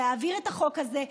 להעביר את החוק הזה,